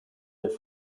their